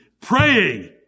Praying